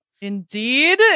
indeed